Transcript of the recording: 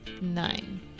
nine